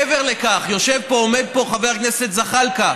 מעבר לכך, יושב פה, עומד פה חבר הכנסת זחאלקה,